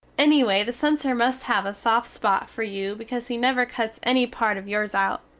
ennyway the censer must have a soft spot fer you because he never cuts enny part of yours out.